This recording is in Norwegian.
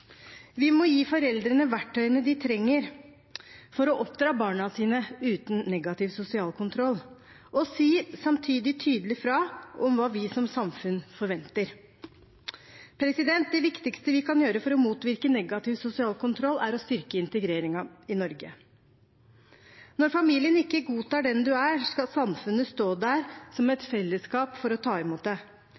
Vi må gi foreldrene verktøyene de trenger for å oppdra barna sine uten negativ sosial kontroll, og samtidig si tydelig fra om hva vi som samfunn forventer. Det viktigste vi kan gjøre for å motvirke negativ sosial kontroll, er å styrke integreringen i Norge. Når familien ikke godtar den en er, skal samfunnet stå der som et fellesskap for å ta imot